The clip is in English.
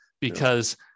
because-